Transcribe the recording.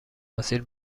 مسیر